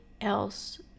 else